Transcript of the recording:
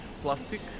plastic